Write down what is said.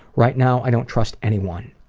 right now i don't trust anyone.